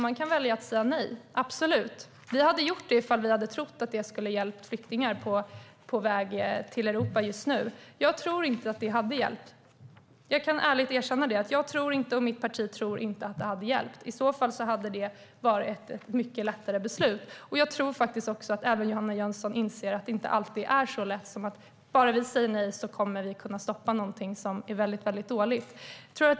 Man kan välja att säga nej, absolut. Vi hade gjort det ifall vi hade trott att det skulle ha hjälpt flyktingar på väg till Europa just nu. Jag tror inte att det hade hjälpt. Jag kan ärligt erkänna att jag och mitt parti inte tror att det hade hjälpt. I så fall skulle det ha varit ett mycket lättare beslut. Jag tror att även Johanna Jönsson inser att det inte är så lätt som att vi, om vi bara säger nej, kommer att kunna stoppa något väldigt dåligt.